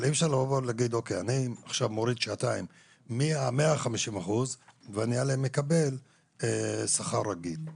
אי אפשר להגיד: אני מוריד שעתיים מה-150% ועליהם אקבל שכר רגיל,